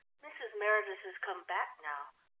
mrs. meredith has come back now.